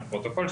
לפרוטוקול,